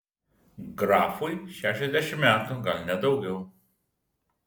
grafui šešiasdešimt metų gal net daugiau